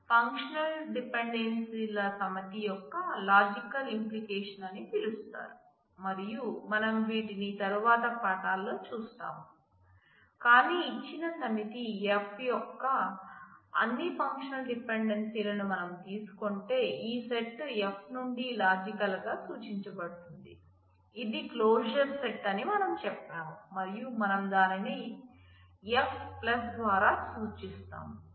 functional డిపెండెన్సీల సమితి అని మనం చెప్పాము మరియు మనం దానిని F ద్వారా సూచిస్తాము